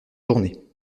tourner